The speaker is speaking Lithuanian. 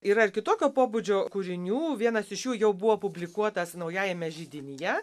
yra ir kitokio pobūdžio kūrinių vienas iš jų jau buvo publikuotas naujajame židinyje